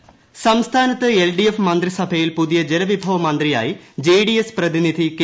കൃഷ്ണൻകുട്ടി സംസ്ഥാനത്ത് L D F മന്ത്രിസഭയിൽ പുതിയ ജലവിഭവ മന്ത്രിയായി ജെഡിഎസ് പ്രതിനിധി കെ